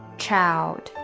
child